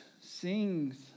sings